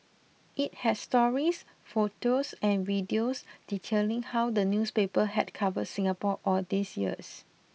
it has stories photos and videos detailing how the newspaper had covered Singapore all these years